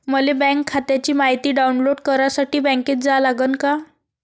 मले बँक खात्याची मायती डाऊनलोड करासाठी बँकेत जा लागन का?